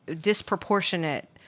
disproportionate